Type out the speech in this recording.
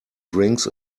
drinks